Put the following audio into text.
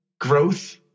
growth